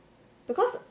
because